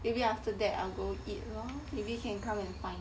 maybe after that I will go eat lor maybe you can come and find